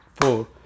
four